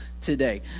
today